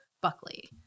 buckley